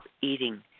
eating